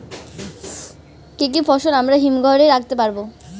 কি কি ফসল আমরা হিমঘর এ রাখতে পারব?